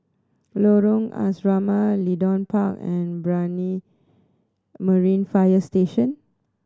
Lorong Asrama Leedon Park and Brani Marine Fire Station